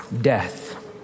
death